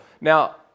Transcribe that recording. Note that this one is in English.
Now